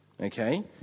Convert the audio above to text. Okay